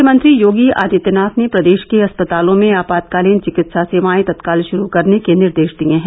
मुख्यमंत्री योगी आदित्यनाथ ने प्रदेश के अस्पतालों में आपातकालीन चिकित्सा सेवाएं तत्काल शुरू करने के निर्देश दिए हैं